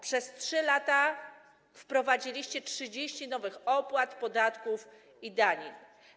Przez 3 lata wprowadziliście 30 nowych opłat, podatków i danin.